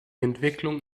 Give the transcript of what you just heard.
entwicklung